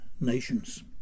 nations